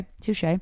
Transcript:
touche